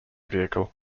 vehicle